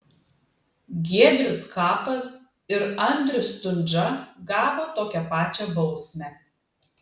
giedrius skapas ir andrius stundža gavo tokią pačią bausmę